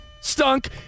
stunk